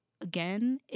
Again